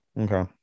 Okay